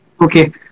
Okay